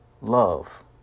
love